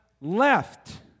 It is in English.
left